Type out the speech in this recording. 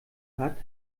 hat